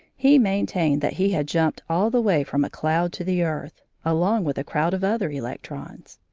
he maintained that he had jumped all the way from a cloud to the earth, along with a crowd of other electrons.